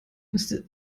müsste